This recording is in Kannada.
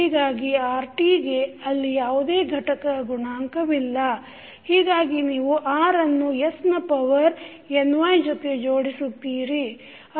ಹೀಗಾಗಿ rt ಗೆ ಅಲ್ಲಿ ಯಾವುದೇ ಘಟಕ ಗುಣಾಂಕವಿಲ್ಲ ಹೀಗಾಗಿ ನೀವು r ಅನ್ನು s ನ ಪವರ್ ny ಜೊತೆ ಜೋಡಿಸುತ್ತೀರಿ